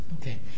Okay